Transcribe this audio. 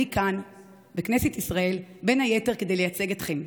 אני כאן בכנסת ישראל בין היתר כדי לייצג אתכם,